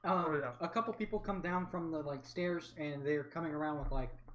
a couple people come down from the like stairs, and they're coming around with like